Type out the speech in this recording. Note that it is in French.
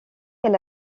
quel